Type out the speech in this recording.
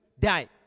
Die